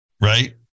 Right